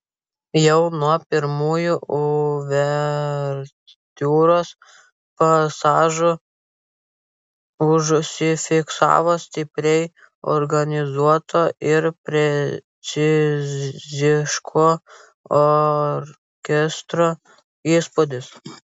jau nuo pirmųjų uvertiūros pasažų užsifiksavo stipriai organizuoto ir preciziško orkestro įspūdis